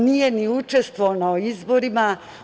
On nije ni učestvovao na izborima.